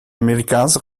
amerikaanse